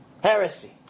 heresy